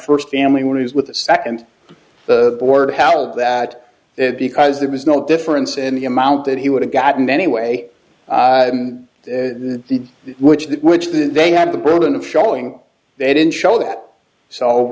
first family when i was with the second the board held that because there was no difference in the amount that he would have gotten anyway the which that which that they had the burden of showing they didn't show that so